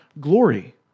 glory